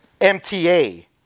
MTA